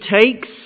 takes